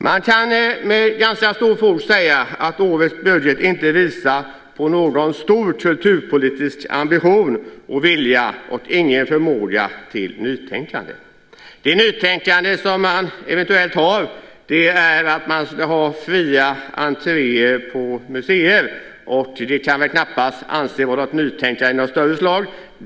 Man kan med ganska stort fog säga att årets budget inte visar på någon stor kulturpolitisk ambition och vilja och ingen förmåga till nytänkande. Det nytänkande som man eventuellt har är att man ska ha fria entréer till museer. Och det kan man väl knappast anse vara något nytänkande av någon större omfattning.